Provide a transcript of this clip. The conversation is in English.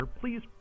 please